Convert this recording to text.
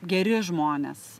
geri žmonės